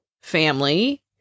family